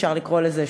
אפשר לקרוא לזה,